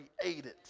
created